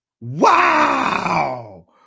Wow